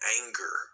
anger